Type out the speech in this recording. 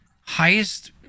highest